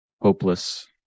hopeless